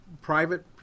private